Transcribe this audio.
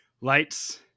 Lights